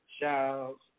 shouts